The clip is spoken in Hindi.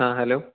हाँ हैलो